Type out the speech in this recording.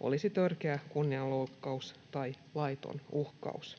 olisi törkeä kunnianloukkaus tai laiton uhkaus.